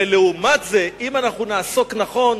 לעומת זאת, אם אנחנו נעסוק בזה נכון,